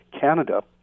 Canada